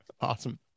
Awesome